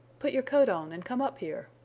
put your coat on and come up here!